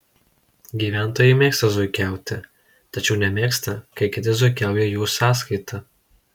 gyventojai mėgsta zuikiauti tačiau nemėgsta kai kiti zuikiauja jų sąskaita